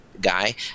guy